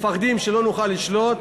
מפחדים שלא נוכל לשלוט,